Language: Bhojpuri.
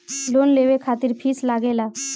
लोन लेवे खातिर फीस लागेला?